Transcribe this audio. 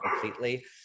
completely